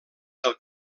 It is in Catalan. del